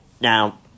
Now